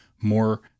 more